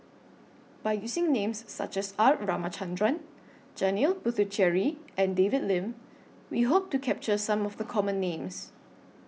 By using Names such as R Ramachandran Janil Puthucheary and David Lim We Hope to capture Some of The Common Names